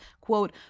Quote